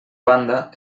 banda